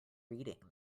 reading